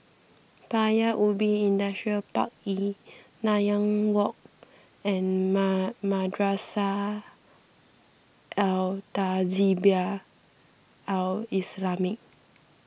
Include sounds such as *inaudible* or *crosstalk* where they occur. Paya Ubi Industrial Park E Nanyang Walk and *unintelligible* Madrasah Al Tahzibiah Al Islamiah